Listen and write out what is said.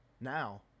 now